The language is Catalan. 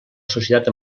societat